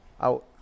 out